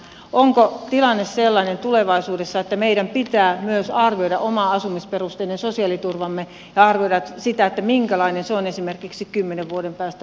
onko tilanne sellainen tulevaisuudessa että meidän pitää myös arvioida oma asumisperusteinen sosiaaliturvamme ja arvioida sitä minkälainen se on esimerkiksi kymmenen vuoden päästä tai tulevaisuudessa